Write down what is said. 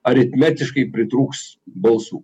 aritmetiškai pritrūks balsų